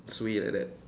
suay like that